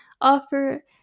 offer